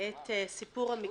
את סיפור המקרה,